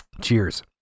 Cheers